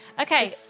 okay